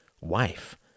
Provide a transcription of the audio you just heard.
wife